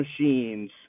machines